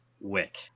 Wick